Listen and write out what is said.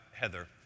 Heather